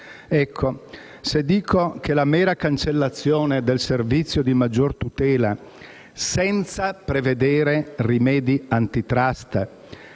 Ecco, se dico che la mera cancellazione del servizio di maggior tutela senza prevedere rimedi antitrust